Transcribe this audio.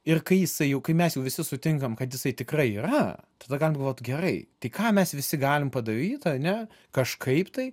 ir kai jisai jau kai mes jau visi sutinkam kad jisai tikrai yra tada galim galvot gerai tai ką mes visi galim padaryt ane kažkaip tai